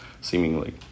seemingly